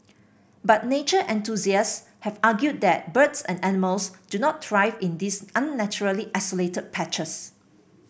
but nature enthusiasts have argued that birds and animals do not thrive in these unnaturally isolated patches